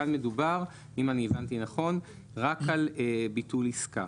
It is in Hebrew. כאן מדובר, אם אני הבנתי נכון, רק על ביטול עסקה.